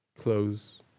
close